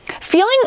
feeling